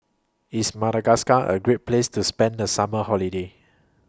IS Madagascar A Great Place to spend The Summer Holiday